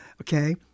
okay